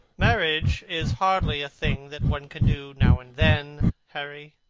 marriage is hardly a thing that one can do now and then, harry.